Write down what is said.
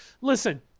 listen